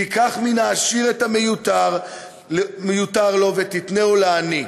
תיקח מן העשיר את המיותר לו ותיתנהו לעני.